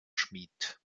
schmied